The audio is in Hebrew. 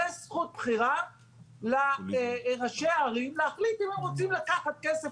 יש זכות בחירה לראשי הערים להחליט אם הם רוצים לקחת כסף,